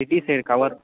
city side cover